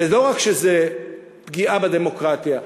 ולא רק שזה פגיעה בדמוקרטיה,